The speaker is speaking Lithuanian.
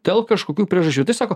dėl kažkokių priežasčių tai sako